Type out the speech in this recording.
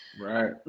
Right